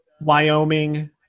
Wyoming